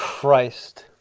christ.